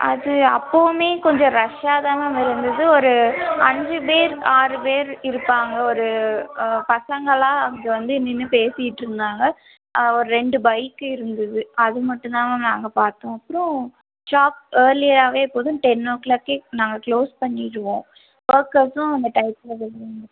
அது அப்போவுமே கொஞ்சம் ரஷ்ஷாக தான் மேம் இருந்துது ஒரு அஞ்சு பேர் ஆறு பேர் இருப்பாங்க ஒரு பசங்களாம் அங்கே வந்து நின்று பேசிட்டுருந்தாங்க ஒரு ரெண்டு பைக்கு இருந்துது அது மட்டும் தான் மேம் நாங்கள் பார்த்தோம் அப்புறோம் ஷாப் இயர்லியாகவே எப்போதும் டென் ஓ க்ளாக்கே நாங்கள் க்ளோஸ் பண்ணிவிடுவோம் ஒர்க்கர்ஸும் அந்த டைத்தில் வெளியே